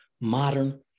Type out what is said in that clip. modern